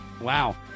Wow